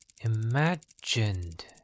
imagined